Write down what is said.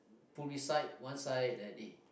pull me side one side then eh